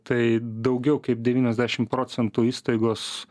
tai daugiau kaip devyniasdešim procentų įstaigos